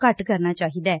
ਘੱਟ ਕਰਨਾ ਚਾਹੀਦੈ